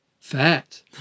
fat